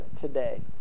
today